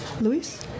Luis